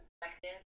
perspective